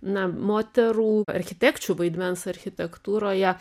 na moterų architekčių vaidmens architektūroje